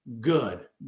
good